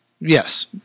yes